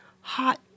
hot